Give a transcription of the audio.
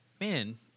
man